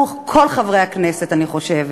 בשם כולנו, כל חברי הכנסת, אני חושבת,